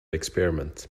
experiment